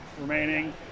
remaining